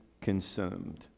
consumed